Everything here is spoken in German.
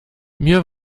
mir